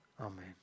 Amen